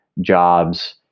jobs